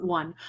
one